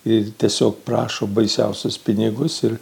ir tiesiog prašo baisiausius pinigus ir